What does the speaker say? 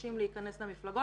כנשים להיכנס למפלגות.